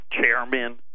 Chairman